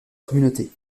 communauté